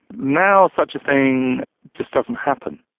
now such a thing just doesn't happen.